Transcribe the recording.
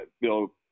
Bill